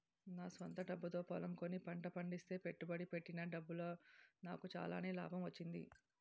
నా స్వంత డబ్బుతో పొలం కొని పంట పండిస్తే పెట్టుబడి పెట్టిన డబ్బులో నాకు చాలానే లాభం వచ్చింది